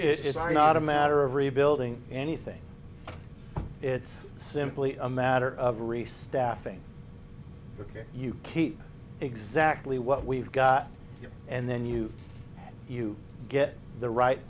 to it's are not a matter of rebuilding anything it's simply a matter of race staffing ok you keep exactly what we've got here and then you you get the right